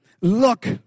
look